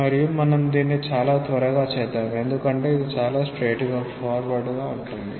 మరియు మనం దీన్ని చాలా త్వరగా చేద్దాం ఎందుకంటే ఇది చాలా సూటిగా ఉంటుంది